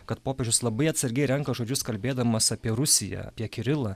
kad popiežius labai atsargiai renka žodžius kalbėdamas apie rusiją apie kirilą